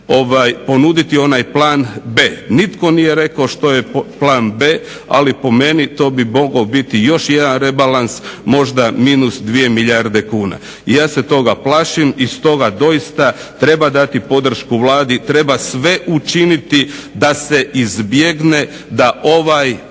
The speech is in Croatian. ponuditi onaj plan B. Nitko nije rekao što je plan B ali po meni to bi mogao biti još jedan rebalans, možda -2 milijarde kuna i ja se toga plašim. I stoga doista treba dati podršku Vladi, treba sve učiniti da se izbjegne da ovaj